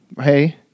Hey